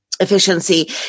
efficiency